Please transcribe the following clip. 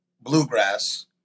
Bluegrass